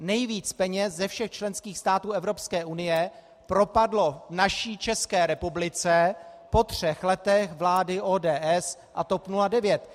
Nejvíc peněz ze všech členských států Evropské unie propadlo naší České republice po třech letech vlády ODS a TOP 09.